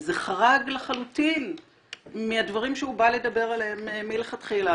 זה חרג לחלוטין מהדברים שהוא בא לדבר עליהם מלכתחילה.